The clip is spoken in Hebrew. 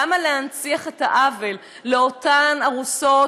למה להנציח את העוול לאותן ארוסות,